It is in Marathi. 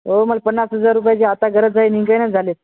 हो मला पन्नास हजार रुपयाची आता गरज आहे निघे ना झालेत